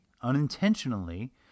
unintentionally